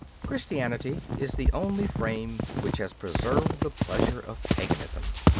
christianity is the only frame which has preserved the pleasure of paganism.